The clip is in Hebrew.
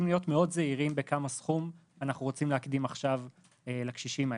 להיות מאוד זהירים בכמה סכום אנחנו רוצים להקדים עכשיו לקשישים האלה,